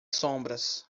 sombras